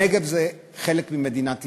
הנגב הוא חלק ממדינת ישראל.